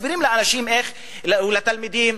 מסבירים לתלמידים: